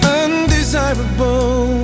undesirable